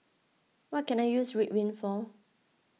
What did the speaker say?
what can I use Ridwind for